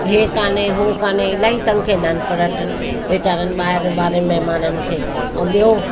इहो काने उहो काने इलाही तंग कंदा आहिनि पर्यटन वेचारनि ॿाहिरि वारनि महिमाननि खे ऐं ॿियो